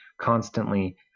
constantly